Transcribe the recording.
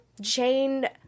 Jane